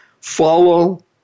Follow